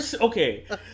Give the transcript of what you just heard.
okay